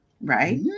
right